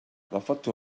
رفضت